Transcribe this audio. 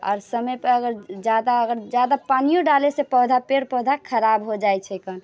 आओर समयपर अगर ज्यादा अगर ज्यादा पानिओ डालयसँ पौधा पेड़ पौधा खराब हो जाइत छै कऽ